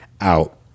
out